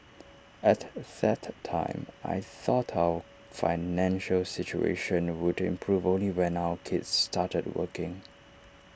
at that time I thought our financial situation would improve only when our kids started working